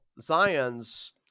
Zion's